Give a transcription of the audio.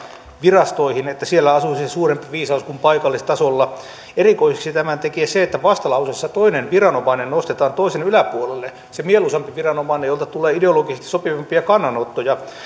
virastoihin ja että siellä asuisi suurempi viisaus kuin paikallistasolla erikoiseksi tämän tekee se että vastalauseessa toinen viranomainen nostetaan toisen yläpuolelle se mieluisampi viranomainen jolta tulee ideologisesti sopivampia kannanottoja